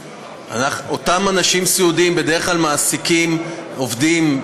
אותם אנשים סיעודיים בדרך כלל מעסיקים עובדים,